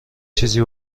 چیزی